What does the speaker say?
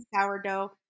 Sourdough